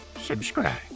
subscribe